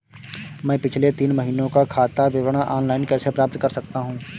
मैं पिछले तीन महीनों का खाता विवरण ऑनलाइन कैसे प्राप्त कर सकता हूं?